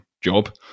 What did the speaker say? Job